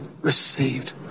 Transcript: received